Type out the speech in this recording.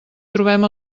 trobem